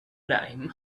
dime